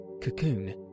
cocoon